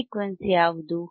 ಈ ಫ್ರೀಕ್ವೆನ್ಸಿ ಯಾವುದು